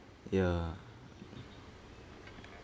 ya